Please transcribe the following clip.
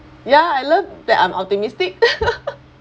ya I love that I'm optimistic